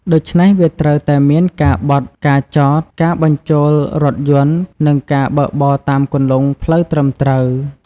ដូច្នេះ វាត្រូវតែមានការបត់ ការចត ការបញ្ជូលរថយន្ត និងការបើកបរតាមគន្លងផ្លូវត្រឹមត្រូវ។